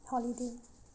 holiday